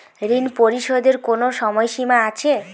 ঋণ পরিশোধের কোনো সময় সীমা আছে?